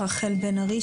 רחל בן ארי,